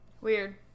weird